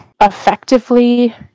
effectively